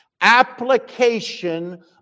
application